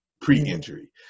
pre-injury